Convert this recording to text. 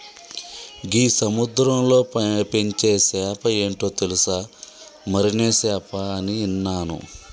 గీ సముద్రంలో పెంచే సేప ఏంటో తెలుసా, మరినే సేప అని ఇన్నాను